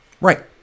Right